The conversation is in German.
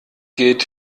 gilt